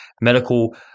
medical